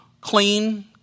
clean